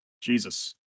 Jesus